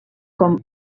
com